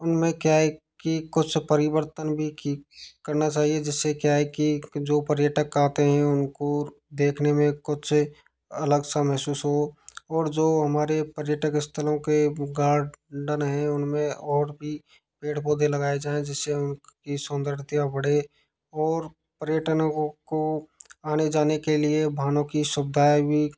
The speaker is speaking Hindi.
उनमें क्या है कि कुछ परिवर्तन भी की करना चाहिए जिससे क्या है कि जो पर्यटक आते हैं उनको देखने में कुछ अलग सा महसूस हो और जो हमारे पर्यटक स्थलों के गार्डन है उनमें और भी पेड़ पौधे लगाए जाए जिससे उनकी सुंदरता बड़े और पर्यटनों को आने जाने के लिए वाहनों की सुविधाएँ भी